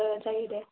जायो दे